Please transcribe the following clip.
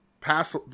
pass